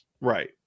Right